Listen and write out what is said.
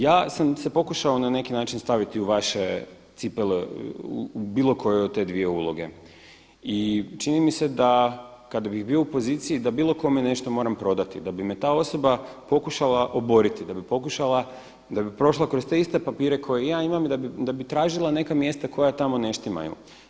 Ja sam se pokušao na neki način staviti u vaše cipele u bilo kojoj od te dvije uloge i čini mi se da kada bi bio u poziciji da bilo kome nešto moram prodati, da bi me ta osoba pokušala oboriti, da bi prošla kroz te iste papire koje i ja imam i da bi tražila neka mjesta koja tamo ne štimaju.